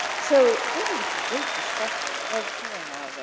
so, this is a great discussion. i love hearing all of this.